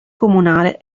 comunale